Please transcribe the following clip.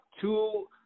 two